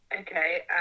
Okay